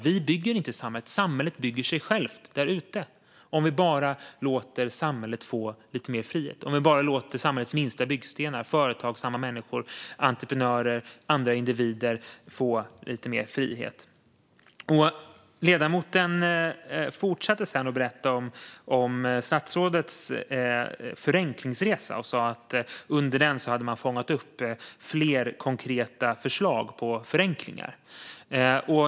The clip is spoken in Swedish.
Vi bygger inte samhället, utan samhället bygger sig självt om vi bara låter samhället få lite mer frihet, om vi låter samhällets minsta byggstenar, företagsamma människor, entreprenörer och andra individer få lite mer frihet. Ledamoten fortsatte sedan att berätta om statsrådets förenklingsresa. Han sa att under den hade man fångat in fler konkreta förslag på förenklingar.